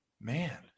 Man